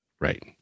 Right